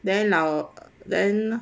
then 老 then